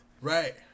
Right